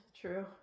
true